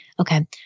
Okay